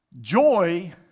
joy